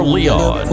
Leon